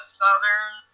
southern